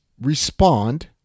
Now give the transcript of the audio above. respond